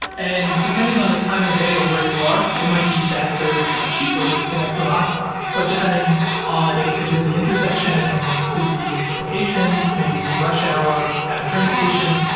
and depending on the time of day, or where you are, it might be faster and cheaper to connect to a hotspot, but depending on if it's a busy intersection, or busy location, maybe rush hour at a train station,